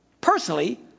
personally